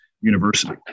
University